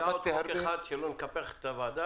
כדי לא לקפח אף אחד,